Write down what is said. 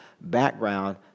background